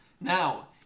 Now